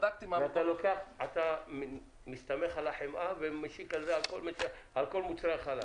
בדקתי --- ואתה מסתמך על החמאה ומסיק מזה על כל מוצרי החלב?